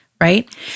Right